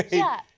yeah,